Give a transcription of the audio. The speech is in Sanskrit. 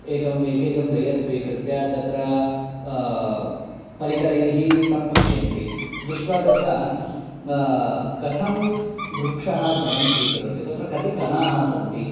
एकम् एकैकं लेयर् स्वीकृत्य तत्र परिकरैः तं पश्यन्ति दृष्ट्वा तत्र कथं वृक्षः जलं स्वीकरोति तत्र कति कणाः सन्ति